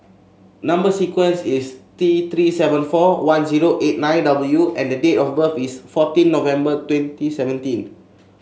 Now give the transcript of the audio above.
number sequence is T Three seven four one zero eight nine W and the date of birth is fourteen November twenty seventeen